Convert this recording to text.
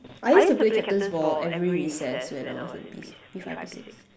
I used to play captain's ball every recess when I was in P five P six